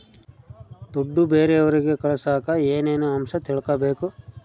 ದುಡ್ಡು ಬೇರೆಯವರಿಗೆ ಕಳಸಾಕ ಏನೇನು ಅಂಶ ತಿಳಕಬೇಕು?